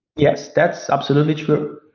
yes, that's absolutely true.